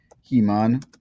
He-Man